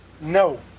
no